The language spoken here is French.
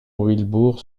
wilbur